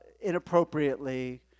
inappropriately